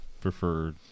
prefer